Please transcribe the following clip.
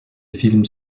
films